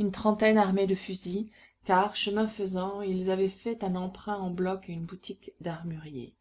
une trentaine armés de fusils car chemin faisant ils avaient fait un emprunt en bloc à une boutique d'armurier